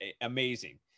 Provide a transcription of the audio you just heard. amazing